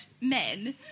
men